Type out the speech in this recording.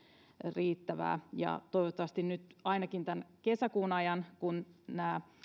riittävää toivottavasti nyt ainakin tämän kesäkuun ajan kun nämä